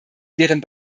deren